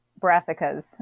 brassicas